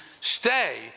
stay